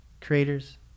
creators